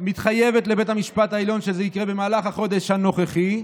מתחייבת לבית המשפט העליון שזה יקרה במהלך החודש הנוכחי,